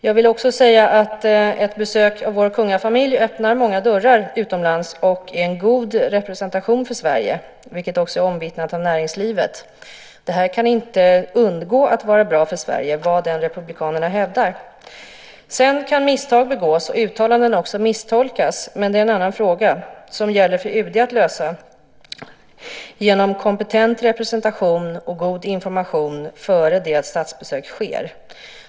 Jag vill också säga att ett besök av vår kungafamilj öppnar många dörrar utomlands och är en god representation för Sverige, vilket också är omvittnat av näringslivet. Det här kan inte undgå att vara bra för Sverige, vad än republikanerna hävdar. Sedan kan misstag begås och uttalanden misstolkas, men det är en annan fråga som det gäller för UD att lösa genom kompetent representation och god information före det att statsbesök sker.